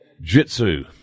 Jitsu